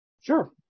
Sure